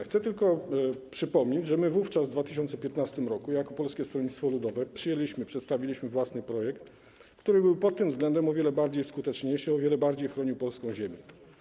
Chcę tylko przypomnieć, że my wówczas, w 2015 r., jako Polskie Stronnictwo Ludowe przedstawiliśmy własny projekt, który był pod tym względem o wiele skuteczniejszy, o wiele bardziej chronił polską ziemię.